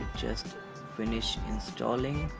just finish installing.